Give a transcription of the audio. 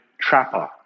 trapper